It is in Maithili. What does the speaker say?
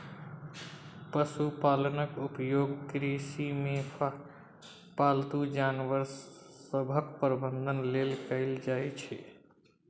पशुपालनक उपयोग कृषिमे पालतू जानवर सभक प्रबंधन लेल कएल जाइत छै